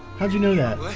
how'd you know that